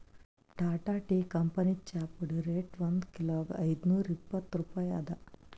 Tata tea ಕಂಪನಿದ್ ಚಾಪುಡಿ rate ಒಂದ್ ಕಿಲೋಗಾ ಐದ್ನೂರಾ ಇಪ್ಪತ್ತ್ ರೂಪಾಯಿ ಅದಾ